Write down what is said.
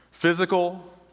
Physical